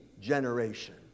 generation